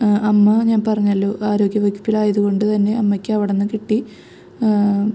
അമ്മ ഞാൻ പറഞ്ഞല്ലോ ആരോഗ്യവകുപ്പിലായതുകൊണ്ട് തന്നെ അമ്മയ്ക്കവിട്ന്ന് കിട്ടി